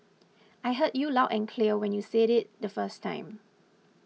I heard you loud and clear when you said it the first time